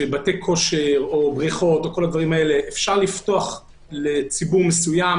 שחדרי כושר ובריכות אפשר לפתוח לציבור מסוים,